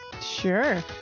Sure